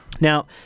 Now